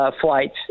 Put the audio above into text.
flights